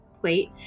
plate